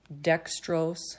dextrose